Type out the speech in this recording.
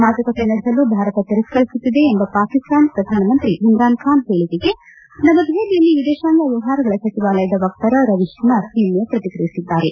ಮಾತುಕತೆ ನಡೆಸಲು ಭಾರತ ತಿರಸ್ಕರಿಸುತ್ತಿದೆ ಎಂಬ ಪಾಕಿಸ್ತಾನ ಪ್ರಧಾನ ಮಂತ್ರಿ ಇಮ್ರಾನ್ವನ್ ಹೇಳಿಕೆಗೆ ನವದೆಹಲಿಯಲ್ಲಿ ವಿದೇಶಾಂಗ ವ್ಯವಹಾರಗಳ ಸಚಿವಾಲಯದ ವಕ್ತಾರ ರವೀಶ್ ಕುಮಾರ್ ನಿನ್ನೆ ಪ್ರತಿಕ್ರಿಯಿಸಿದ್ದಾರೆ